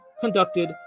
conducted